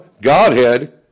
Godhead